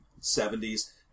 70s